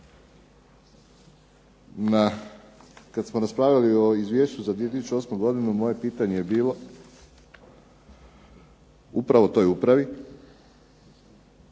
Kad smo raspravljali o izvješću za 2008. godinu moje pitanje je bilo upravo toj upravi